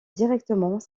directement